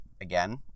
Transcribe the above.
again